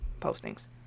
postings